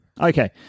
Okay